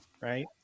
right